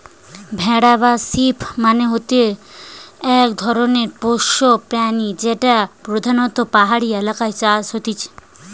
ভেড়া বা শিপ মানে হচ্ছে এক ধরণের পোষ্য প্রাণী যেটা পোধানত পাহাড়ি এলাকায় চাষ হচ্ছে